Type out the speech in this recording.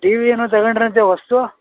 T V ಏನೋ ತಗೊಂಡ್ರಂತೆ ಹೊಸದು